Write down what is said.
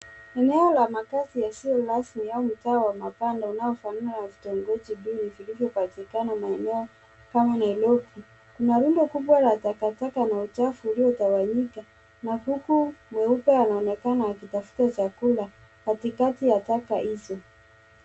Eneo la makazi yasiyo rasmi au mitaa ya mabanda inayofanana na vitongoji duni vilivyopatikana maeneo kama Nairobi. Kuna rundo kubwa la takataka na uchafu uliotawanyika na kuku mweupe anaonekana akitafuta chakula katikati ya taka hizo.